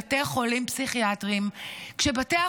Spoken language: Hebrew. מעניקה לבתי החולים הפסיכיאטריים 1.9